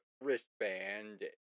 wristband